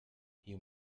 you